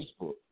Facebook